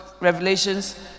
revelations